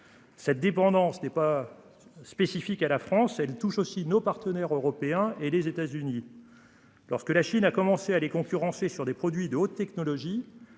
Cette dépendance n'est pas spécifique à la France, elle touche aussi nos partenaires européens et les États-Unis. Lorsque la Chine a commencé à les concurrencer sur des produits de haute technologie.